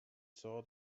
saw